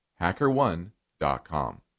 HackerOne.com